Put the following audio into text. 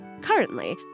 Currently